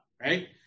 right